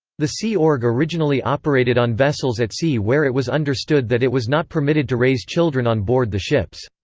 the sea org originally operated on vessels at sea where it was understood that it was not permitted to raise children on board the ships.